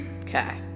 Okay